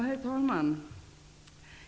Herr talman!